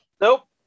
Nope